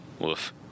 woof